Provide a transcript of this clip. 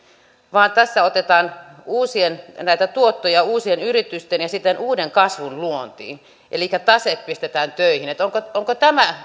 vaan tässä otetaan näitä tuottoja uusien yritysten ja siten uuden kasvun luontiin elikkä tase pistetään töihin onko tämä